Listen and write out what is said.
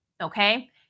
okay